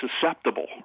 susceptible